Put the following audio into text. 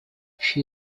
she